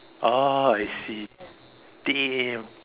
oh I see damn